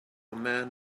man